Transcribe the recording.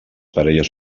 parelles